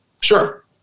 Sure